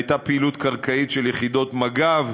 הייתה פעילות קרקעית של יחידות מג"ב,